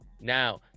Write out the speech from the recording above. Now